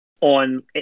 on